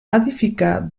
edificar